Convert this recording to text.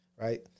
right